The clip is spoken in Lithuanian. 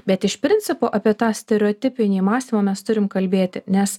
bet iš principo apie tą stereotipinį mąstymą mes turim kalbėti nes